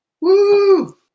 Woo